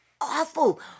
awful